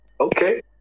Okay